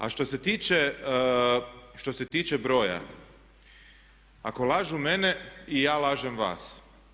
A što se tiče broja ako lažu mene i ja lažem vas.